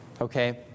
Okay